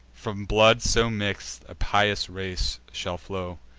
from blood so mix'd, a pious race shall flow,